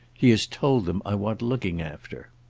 he has told them i want looking after.